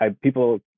people